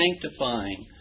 sanctifying